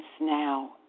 now